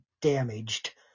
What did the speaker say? damaged